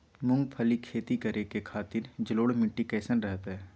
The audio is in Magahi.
मूंगफली के खेती करें के खातिर जलोढ़ मिट्टी कईसन रहतय?